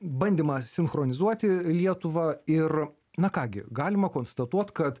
bandymą sinchronizuoti lietuvą ir na ką gi galima konstatuot kad